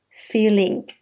feeling